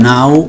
Now